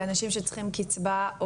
לאנשים שצריכים קצבה,